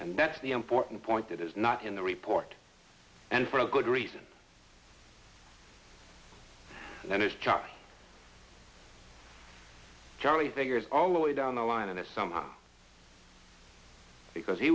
and that's the important point that is not in the report and for good reason and if charlie charlie figures all the way down the line and it somehow because he